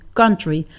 country